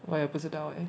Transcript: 我也不知道 leh